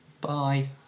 Bye